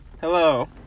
Hello